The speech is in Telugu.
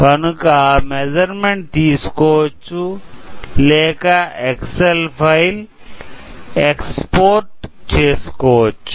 కనుక మెసర్మెంట్ తీసుకోవచ్చు లేక ఎక్సెల్ ఫైల్ ఎక్స్పోర్ట్ చేసుకోవచ్చు